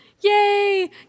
Yay